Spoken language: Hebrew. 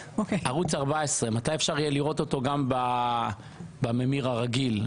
מתי אפשר יהיה לראות את ערוץ 14 גם בממיר הרגיל,